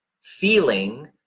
feeling